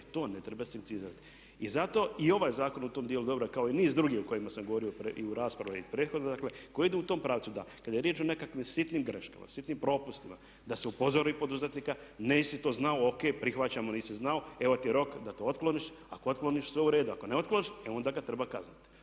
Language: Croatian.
to ne treba sankcionirati. I zato i ovaj zakon u tom djelu je dobar kao i niz druge o kojima sam govorio i u raspravi u prethodno dakle koji idu u tom pravcu, da. Kada je riječ o nekakvim sitnima greškama, sitnim propustima da se upozori poduzetnika nisi to znao, ok., prihvaćamo nisi znao, evo ti rok da to otkloniš, ako otkloniš sve u redu, ako ne otkloniš e onda ga treba kazniti.